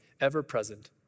ever-present